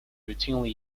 routinely